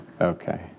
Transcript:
Okay